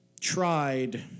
tried